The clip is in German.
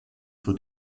für